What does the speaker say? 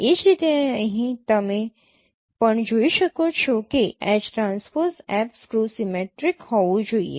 એ જ રીતે અહીં તમે પણ જોઈ શકો છો કે H transpose F skew symmetric હોવું જોઈએ